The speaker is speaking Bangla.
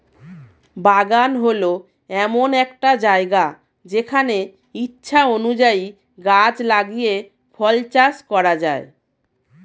বাগান হল এমন একটা জায়গা যেখানে ইচ্ছা অনুযায়ী গাছ লাগিয়ে ফল চাষ করা যায়